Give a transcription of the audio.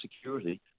Security